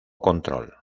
control